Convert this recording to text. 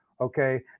Okay